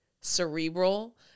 cerebral